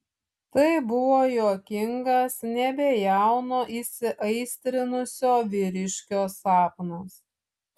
tai buvo juokingas nebejauno įsiaistrinusio vyriškio sapnas